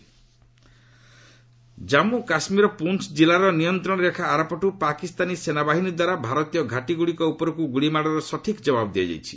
cease fire violation Jammu କାଶ୍ମୀରର ପୁଞ୍ ଜିଲ୍ଲାର ନିୟନ୍ତ୍ରଣ ରେଖା ଆରପଟୁ ପାକିସ୍ତାନୀ ସେନାବାହିନୀଦ୍ୱାରା ଭାରତୀୟ ଘାଟିଗୁଡ଼ିକ ଉପରକୁ ଗୁଳିମାଡ଼ର ସଠିକ୍ ଜବାବ୍ ଦିଆଯାଇଛି